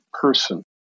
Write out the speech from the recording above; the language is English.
person